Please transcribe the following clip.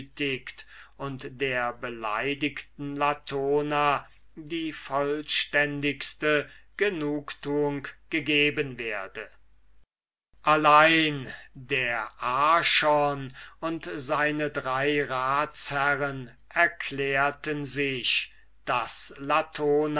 und der beleidigten latona die vollständigste genugtuung gegeben werde allein der archon und seine drei ratsherren erklärten sich daß